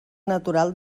natural